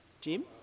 jim